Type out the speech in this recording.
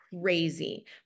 crazy